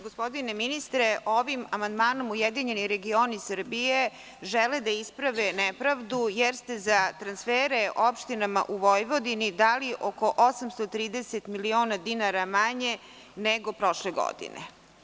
Gospodine ministre, ovim amandmanom URS žele da isprave nepravdu, jer ste za transfere opštinama u Vojvodini dali oko 830 miliona dinara manje nego prošle godine.